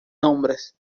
nombres